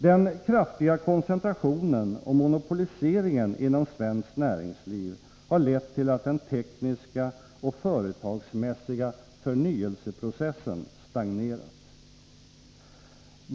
Den kraftiga koncentrationen och monopoliseringen inom svenskt näringsliv har lett till att den tekniska och företagsmässiga förnyelseprocessen stagnerat.